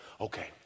Okay